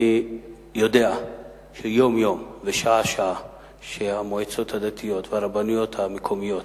אני יודע שיום-יום ושעה-שעה המועצות הדתיות והרבנויות המקומיות,